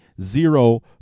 zero